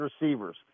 receivers